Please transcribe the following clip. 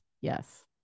yes